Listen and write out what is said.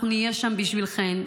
אנחנו נהיה שם בשבילכן.